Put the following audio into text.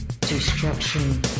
destruction